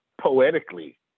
poetically